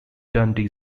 dundee